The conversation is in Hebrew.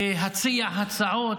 להציע הצעות,